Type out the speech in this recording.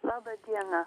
laba diena